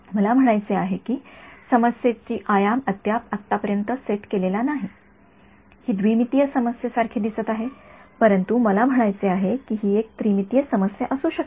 मला म्हणायचे आहे की समस्येची आयाम अद्याप आत्तापर्यंत सेट केलेला नाही ही द्विमितीय समस्येसारखी दिसते आहे परंतु मला म्हणायचे आहे की ही एक त्रिमितीय समस्या असू शकते